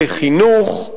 בחינוך,